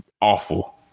awful